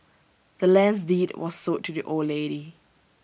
the land's deed was sold to the old lady